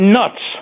nuts